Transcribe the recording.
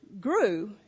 Grew